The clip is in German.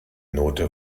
note